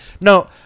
No